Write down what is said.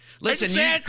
listen